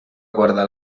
guardar